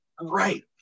Right